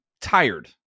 tired